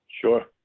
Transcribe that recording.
Sure